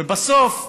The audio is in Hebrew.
ובסוף,